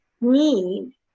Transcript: need